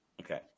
Okay